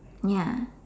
ya